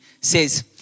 says